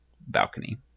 balcony